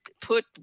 put